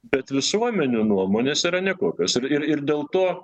bet visuomenių nuomonės yra nekokios ir ir dėl to